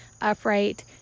upright